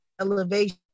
elevation